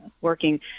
working